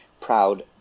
proud